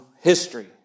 history